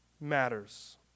matters